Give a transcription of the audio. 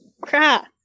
Crap